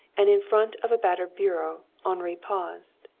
and in front of a battered bureau henri paused.